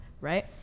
right